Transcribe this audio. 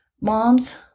Moms